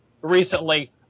recently